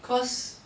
cause